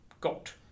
got